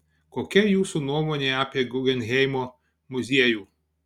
kokia jūsų nuomonė apie guggenheimo muziejų